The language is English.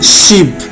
sheep